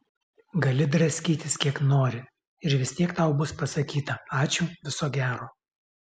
gali draskytis kiek nori ir vis tiek tau bus pasakyta ačiū viso gero